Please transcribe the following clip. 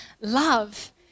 love